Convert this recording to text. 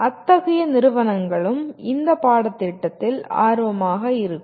அத்தகைய நிறுவனங்களும் இந்த பாடத்திட்டத்தில் ஆர்வமாக இருக்கும்